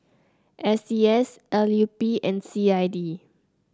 S T S L U P and C I D